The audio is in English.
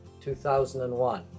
2001